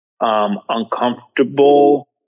uncomfortable